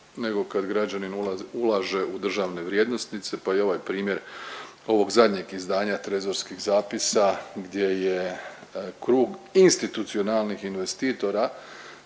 nego kad građanin ulaže u državne vrijednosnice, pa i ovaj primjer ovog zadnjeg izdanja trezorskih zapisa gdje je krug institucionalnih investitora